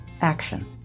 action